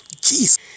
Jesus